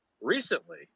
recently